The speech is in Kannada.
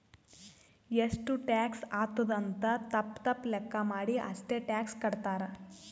ಎಷ್ಟು ಟ್ಯಾಕ್ಸ್ ಆತ್ತುದ್ ಅಂತ್ ತಪ್ಪ ತಪ್ಪ ಲೆಕ್ಕಾ ಮಾಡಿ ಅಷ್ಟೇ ಟ್ಯಾಕ್ಸ್ ಕಟ್ತಾರ್